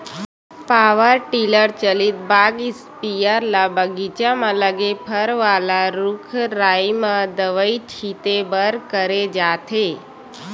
power tiller चलित बाग spare ल बगीचा म लगे फर वाला रूख राई म दवई छिते बर करे जाथे